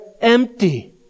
empty